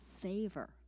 favor